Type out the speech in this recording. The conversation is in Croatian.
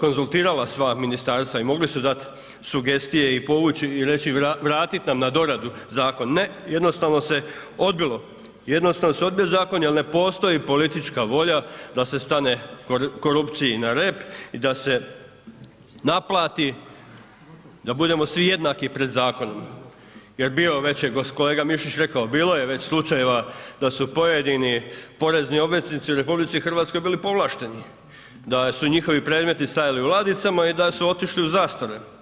konzultirala sva ministarstva i mogli su dat sugestije i povući i reći, vratit nam na doradu zakon, ne jednostavno se odbilo, jednostavno se odbio zakon jel ne postoj politička volja da se stane korupciji na rep i da se naplati, da budemo svi jednaki pred zakonom jer bio već je kolega Mišić rekao bilo je već slučajeva da su pojedini porezni obveznici u RH bili povlašteni, da su njihovi predmeti stajali u ladicama i da su otišli u zastaru.